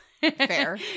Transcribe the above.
fair